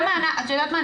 את יודעת מה?